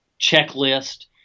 checklist